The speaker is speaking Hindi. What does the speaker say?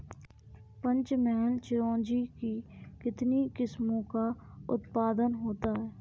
पंचमहल चिरौंजी की कितनी किस्मों का उत्पादन होता है?